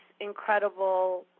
incredible